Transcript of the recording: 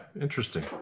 interesting